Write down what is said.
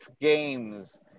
games